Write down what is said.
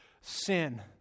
sin